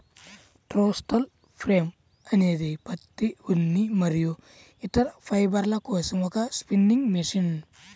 throstle frame అనేది పత్తి, ఉన్ని మరియు ఇతర ఫైబర్ల కోసం ఒక స్పిన్నింగ్ మెషిన్